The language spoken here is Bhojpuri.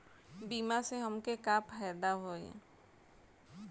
बीमा से हमके का फायदा होई?